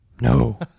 No